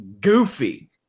goofy